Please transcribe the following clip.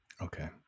Okay